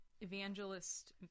evangelist